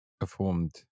performed